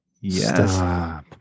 Yes